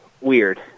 weird